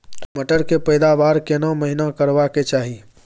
मटर के पैदावार केना महिना करबा के चाही?